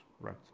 right